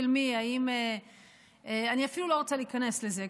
אני אפילו לא רוצה להיכנס לזה,